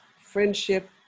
friendship